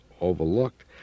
overlooked